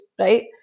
right